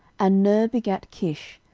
and ner begat kish,